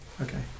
Okay